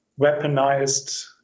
weaponized